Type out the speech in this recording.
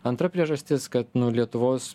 antra priežastis kad nu lietuvos